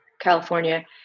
California